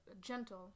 gentle